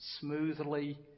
smoothly